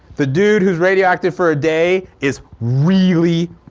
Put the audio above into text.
the dude who is radioactive for a day is really,